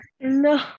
No